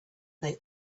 they